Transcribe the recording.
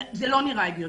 זה לא נראה הגיוני,